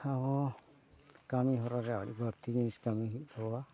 ᱟᱵᱚ ᱠᱟᱹᱢᱤ ᱦᱚᱨᱟᱨᱮ ᱟᱹᱰᱤ ᱵᱟᱹᱲᱛᱤ ᱡᱤᱱᱤᱥ ᱠᱟᱹᱢᱤ ᱦᱩᱭᱩᱜ ᱛᱟᱵᱚᱣᱟ